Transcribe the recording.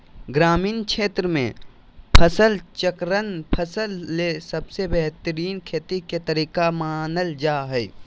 ग्रामीण क्षेत्र मे फसल चक्रण फसल ले सबसे बेहतरीन खेती के तरीका मानल जा हय